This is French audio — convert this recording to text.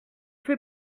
fait